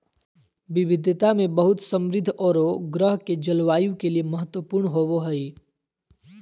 विविधता में बहुत समृद्ध औरो ग्रह के जलवायु के लिए महत्वपूर्ण होबो हइ